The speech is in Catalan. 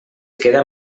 queda